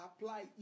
apply